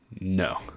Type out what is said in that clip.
No